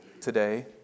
today